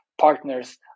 partners